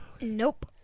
Nope